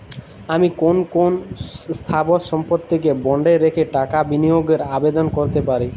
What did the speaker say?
আমি কোন কোন স্থাবর সম্পত্তিকে বন্ডে রেখে টাকা বিনিয়োগের আবেদন করতে পারি?